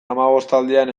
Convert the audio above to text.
hamabostaldian